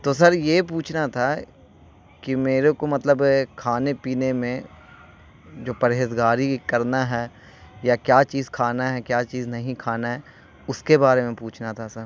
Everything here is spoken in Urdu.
تو سر یہ پوچھنا تھا کہ میرے کو مطلب کھانے پینے میں جو پرہیزگاری کرنا ہے یا کیا چیز کھانا ہے کیا چیز نہیں کھانا ہے اس کے بارے میں پوچھنا تھا سر